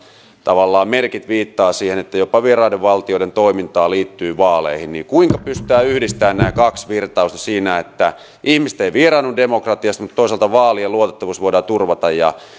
tavallaan viittaavat siihen että jopa vieraiden valtioiden toimintaa liittyy vaaleihin kuinka pystytään yhdistämään nämä kaksi virtausta niin että ihmiset eivät vieraannu demokratiasta mutta toisaalta vaalien luotettavuus voidaan turvata